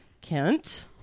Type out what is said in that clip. Kent